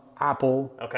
apple